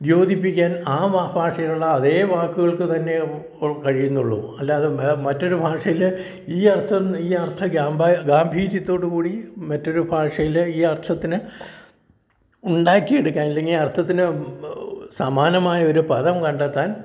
യോജിപ്പിക്കാൻ ആ ഭാഷയിലുള്ള അതേ വാക്കുകൾക്ക് തന്നെ കഴിയുന്നുള്ളു അല്ലാതെ മറ്റൊരു ഭാഷയിൽ ഈ അർത്ഥം ഈ അർത്ഥ ഗാംഭ ഗാംഭീര്യത്തോടു കൂടി മറ്റൊരു ഭാഷയിൽ ഈ അർത്ഥത്തിന് ഉണ്ടാക്കിയെടുക്കാൻ അല്ലെങ്കിൽ ഈ അർത്ഥത്തിന് സമാനമായൊരു പദം കണ്ടെത്താൻ